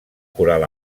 coral